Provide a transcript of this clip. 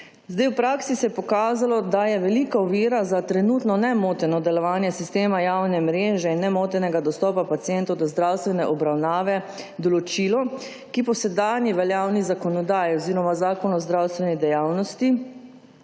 Zdaj, v praksi se je pokazalo, da je velika ovira za trenutno nemoteno delovanje sistema javne mreže in nemotenega dostopa pacientov do zdravstvene obravnave določilo, ki po sedanji veljavni zakonodaji oziroma zakonu o zdravstveni dejavnosti